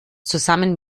zusammen